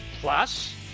Plus